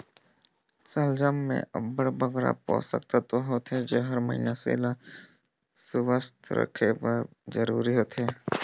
सलजम में अब्बड़ बगरा पोसक तत्व होथे जेहर मइनसे ल सुवस्थ रखे बर जरूरी होथे